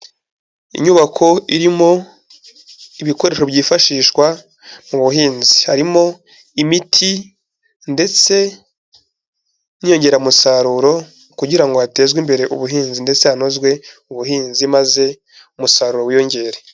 Inyubako irimo ibikoresho byifashishwa mu buhinzi, harimo imiti ndetse n'inyongeramusaruro kugira ngo hatezwe imbere ubuhinzi ndetse hanozwe ubuhinzi, maze umusaruro wiyongere.